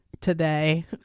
today